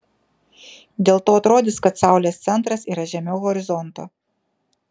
dėl to atrodys kad saulės centras yra žemiau horizonto